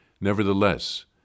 Nevertheless